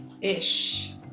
ish